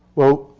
well,